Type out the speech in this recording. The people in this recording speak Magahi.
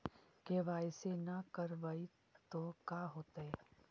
के.वाई.सी न करवाई तो का हाओतै?